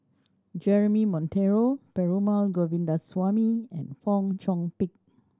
Jeremy Monteiro Perumal Govindaswamy and Fong Chong Pik